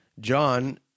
John